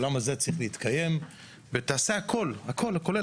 העולם הזה צריך להתקיים ותעשה הכול כולל